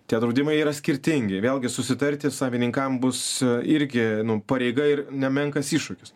tie draudimai yra skirtingi vėlgi susitarti savininkams bus irgi pareiga ir nemenkas iššūkis